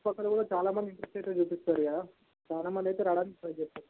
so అప్పుడు చాలా మంది ఇంట్రెస్ట్ అయితే చూపిస్తారు కదా చాలా మంది అయితే రావడానికి ట్రై చేసారు